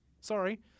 sorry